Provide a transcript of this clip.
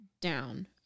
down